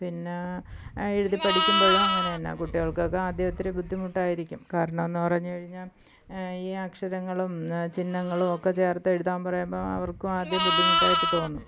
പിന്നെ എഴുതി പഠിക്കുമ്പോഴും അങ്ങനെ തന്നെ കുട്ടികൾക്കൊക്കെ ആദ്യം ഇത്തിരി ബുദ്ധിമുട്ടായിരിക്കും കാരണം എന്ന് പറഞ്ഞ് കഴിഞ്ഞാൽ ഈ അക്ഷരങ്ങളും ചിഹ്നങ്ങളും ഒക്കെ ചേർത്ത് എഴുതാൻ പറയുമ്പോൾ അവർക്കും ആദ്യം ബുദ്ധിമുട്ടായിട്ട് തോന്നും